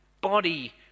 Body